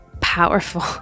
powerful